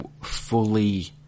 fully